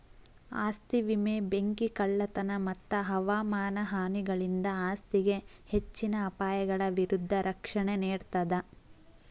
ಆಸ್ತಿ ವಿಮೆ ಬೆಂಕಿ ಕಳ್ಳತನ ಮತ್ತ ಹವಾಮಾನ ಹಾನಿಗಳಿಂದ ಆಸ್ತಿಗೆ ಹೆಚ್ಚಿನ ಅಪಾಯಗಳ ವಿರುದ್ಧ ರಕ್ಷಣೆ ನೇಡ್ತದ